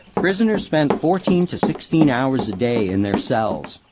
prisoners spent fourteen to sixteen hours a day in their cells,